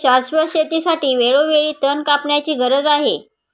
शाश्वत शेतीसाठी वेळोवेळी तण कापण्याची गरज आहे